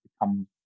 become